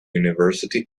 university